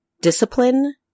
Discipline